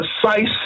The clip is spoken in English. precise